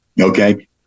Okay